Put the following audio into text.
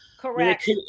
Correct